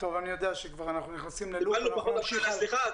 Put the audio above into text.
אני יודע שאנחנו כבר נכנסים ללופ, נמשיך הלאה.